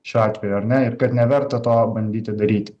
šiuo atveju ar ne ir kad neverta to bandyti daryti